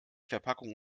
verpackung